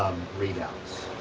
readouts.